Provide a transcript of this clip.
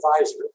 advisor